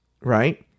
right